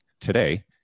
today